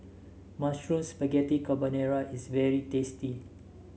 Mushroom Spaghetti Carbonara is very tasty